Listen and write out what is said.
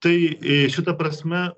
tai šita ta prasme